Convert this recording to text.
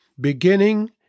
beginning